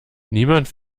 niemand